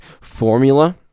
formula